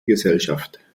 gesellschaft